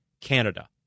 Canada